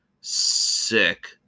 sick